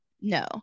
No